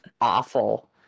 awful